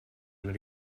and